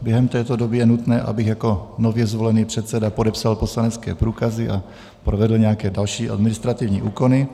Během této doby je nutné, abych jako nově zvolený předseda podepsal poslanecké průkazy a provedl nějaké další administrativní úkony.